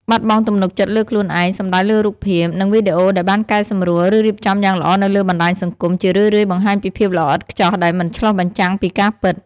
បាត់បង់ទំនុកចិត្តលើខ្លួនឯង សំដៅលើរូបភាព និងវីដេអូដែលបានកែសម្រួល ឬរៀបចំយ៉ាងល្អនៅលើបណ្ដាញសង្គម ជារឿយៗបង្ហាញពីភាពល្អឥតខ្ចោះដែលមិនឆ្លុះបញ្ចាំងពីការពិត។